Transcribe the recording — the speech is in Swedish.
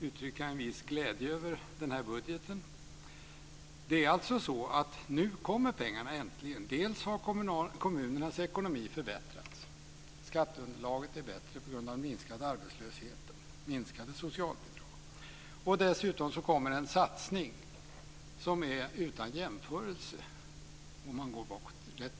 uttrycka en viss glädje över budgeten. Nu kommer äntligen pengarna. Bl.a. har kommunernas ekonomi förbättrats. Skatteunderlaget är bättre på grund av minskad arbetslöshet och minskade socialbidrag. Dessutom kommer det en satsning som är utan jämförelse rätt långt bakåt i tiden.